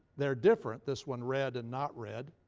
they're different this one red and not red.